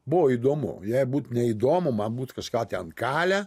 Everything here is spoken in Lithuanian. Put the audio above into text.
buvo įdomu jei būt neįdomu man būt kažką ten kalę